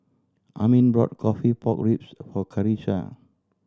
Armin brought coffee pork ribs for Karissa